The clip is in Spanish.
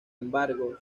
embargo